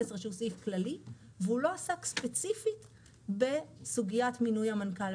שהוא סעיף כללי והוא לא עסק ספציפית בסוגיית מינוי המנכ"ל.